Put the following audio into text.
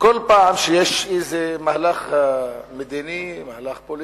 כל פעם שיש איזה מהלך מדיני, מהלך פוליטי,